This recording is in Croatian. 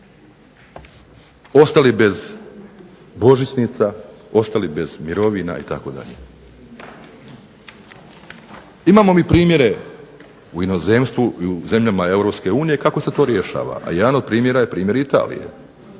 ostali bez božićnica, ostali bez mirovina itd. Imamo mi primjere u inozemstvu i u zemljama EU kako se to rješava. A jedan od primjera je primjer Italije.